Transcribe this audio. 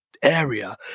Area